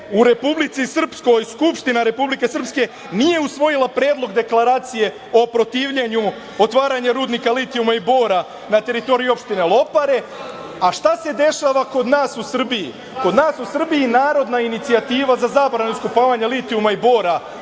Za to vreme Skupština Republike Srpske nije usvojila Predlog deklaracije o protivljenju otvaranja rudnika litijuma i bora na teritoriji opštine Lopare, a šta se dešava kod nas u Srbiji? Kod nas u Srbiji Narodna inicijativa za zabranu iskopavanja litijuma i bora,